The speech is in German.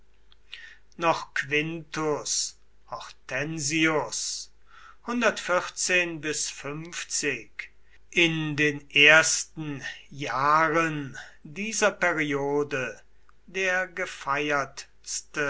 noch quintus hortensius in den ersten jahren dieser periode der gefeiertste